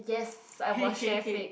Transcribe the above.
yes I watch Netflix